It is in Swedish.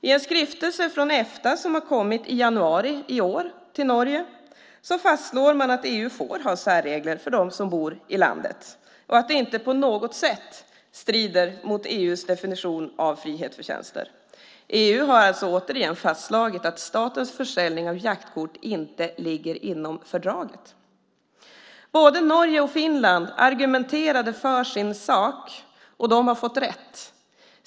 I en skrivelse från Efta som har kommit till Norge i januari i år fastslås att EU får ha särregler för dem som bor i landet och att det inte på något sätt strider mot EU:s definition av frihet för tjänster. EU har alltså återigen fastslagit att statens försäljning av jaktkort inte ligger inom fördraget. Både Norge och Finland argumenterade för sin sak, och de har fått rätt.